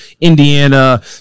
Indiana